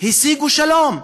השיגו שלום?